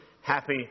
happy